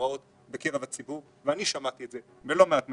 להוראות בקרב הציבור ואני שמעתי את זה בלא מעט מקומות,